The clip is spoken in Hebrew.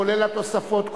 כולל התוספות,